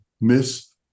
Miss